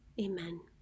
Amen